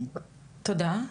תודה.